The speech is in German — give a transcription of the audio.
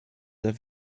der